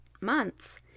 months